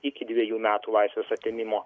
iki dvejų metų laisvės atėmimo